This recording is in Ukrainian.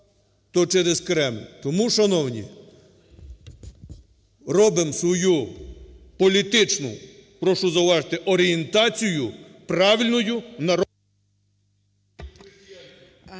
Тому, шановні, робимо свою політичну, прошу зауважити, орієнтацію правильною…